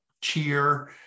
cheer